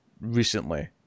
recently